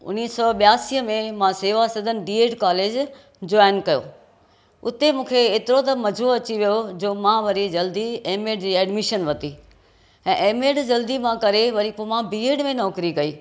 उणिवीह सौ ॿियासीअ में मां Sewa Sadan B Ed college join कयो हुते त मूंखे एतिरो मज़ो अची वियो जो मां वरी जल्दी एमए जी एडमिशन वरिती ऐं एमए जी जल्दी करे पोइ मां बीएड में नौकिरी कई